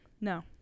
No